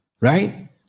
right